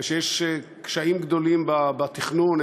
ויש קשיים גדולים בתכנון,